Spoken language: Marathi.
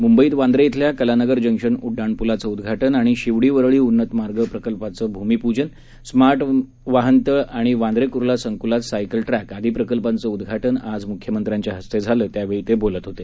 मुंबईत वांद्रे खिल्या कलानगर जंक्शन उड्डाणपुलाचं उद्घाटन आणि शिवडी वरळी उन्नत मार्ग प्रकल्पाचं भूमिपूजन स्मार्ट वाहनतळ आणि वांद्रे कुर्ला संकुलात सायकल ट्रक्तिआदी प्रकल्पांचं उद्घाटन आज मुख्यमंत्र्यांच्या हस्ते झालं त्यावेळी ते बोलत होते